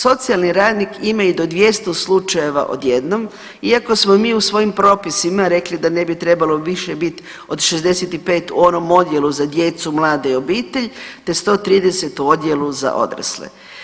Socijalni radnik ima i do 200 slučajeva odjednom, iako smo mi u svojim propisima rekli da ne bi trebalo više bit od 65 u onom odjelu za djecu, mlade i obitelj, te 130 u odjelu za odrasle.